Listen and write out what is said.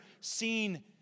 seen